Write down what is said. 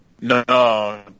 No